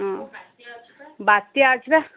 ହୁଁ ବାତ୍ୟା ଅଛି ବା